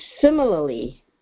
similarly